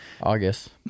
August